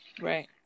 right